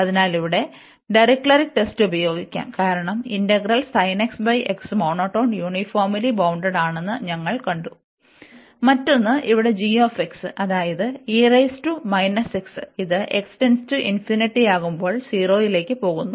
അതിനാൽ ഇവിടെ Dirichlet test ഉപയോഗിക്കാം കാരണം ഇന്റഗ്രൽ മോണോടോൺ യൂണിഫോംലി ബൌൺഡ്ടാണ്ന്ന് ഞങ്ങൾ കണ്ടു മറ്റൊന്ന് ഇവിടെ g അതായത് ഇത് 0ലേക്ക്പോകുന്നു